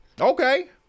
Okay